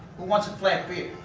wants flat beer?